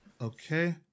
Okay